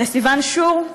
לסיון שור,